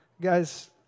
Guys